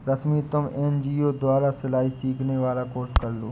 रश्मि तुम एन.जी.ओ द्वारा सिलाई सिखाने वाला कोर्स कर लो